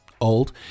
Old